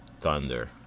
Thunder